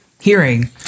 hearing